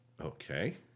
Okay